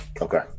Okay